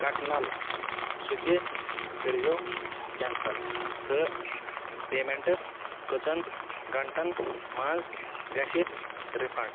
کٹنل سُہ تہِ کٔرۍزیٚو کینسل تہٕ پیمٮ۪نٹہٕ کٔژن گھنٛٹن منٛز گژھِ رِفنٛڈ